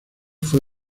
fue